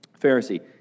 Pharisee